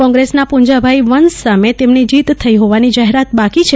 કોંગ્રેસના પુંજાભાઈ વંશ સામે તેમની જીત થઇ હોવાની જાહેરાત બાકી છે